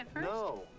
No